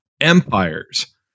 empires